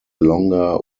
longer